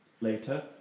Later